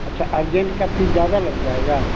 अच्छा अरजेन्ट की फीस ज़्यादा लग जाएगा